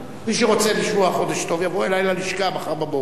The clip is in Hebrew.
מי שרוצה לשמוע "חודש טוב" יבוא אלי ללשכה מחר בבוקר,